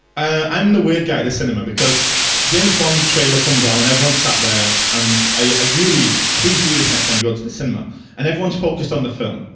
i'm the weird guy the cinema, because james bond trailer comes on and everyone sat down and i really, please do this next time you go to the cinema and everyone's focused on the film,